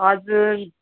हजुर